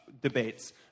debates